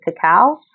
cacao